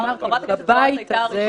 אמרתי, בבית הזה.